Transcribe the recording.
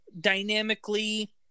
dynamically